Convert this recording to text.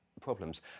problems